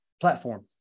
platform